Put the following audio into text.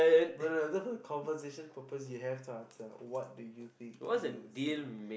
no no no for conversation purposes you have to answer what do you think you would say